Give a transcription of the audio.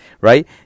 right